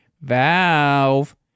Valve